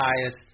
highest